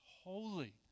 holy